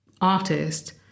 artist